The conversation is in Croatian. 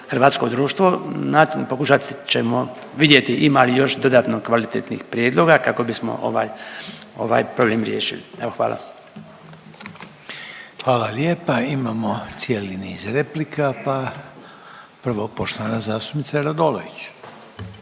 hrvatsko društvo pokušat ćemo vidjeti ima li još dodatno kvalitetnih prijedloga kako bismo ovaj problem riješili. Evo hvala. **Reiner, Željko (HDZ)** Hvala lijepa. Imamo cijeli niz replika, pa prvo poštovana zastupnica Radolović.